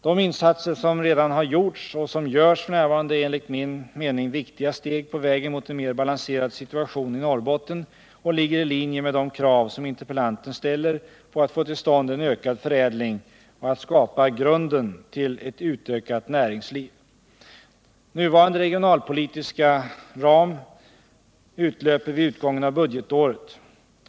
De insatser som redan har gjorts och som görs f. n. är enligt min mening viktiga steg på vägen mot en mer balanserad situation i Norrbotten och ligger i linje med de krav som interpellanten ställer på att få till stånd en ökad förädling och att skapa grunden till ett utökat näringsliv. Nuvarande regionalpolitiska ram utlöper vid utgången av budgetåret.